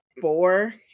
four